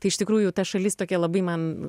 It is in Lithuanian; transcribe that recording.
tai iš tikrųjų ta šalis tokia labai man